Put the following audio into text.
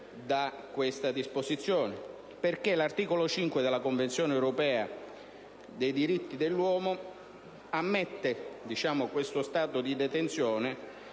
da questa disposizione. L'articolo 5 della Convenzione europea dei diritti dell'uomo, infatti, ammette lo stato di detenzione